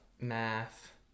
Math